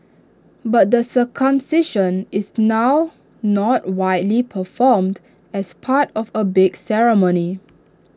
but the circumcision is now not widely performed as part of A big ceremony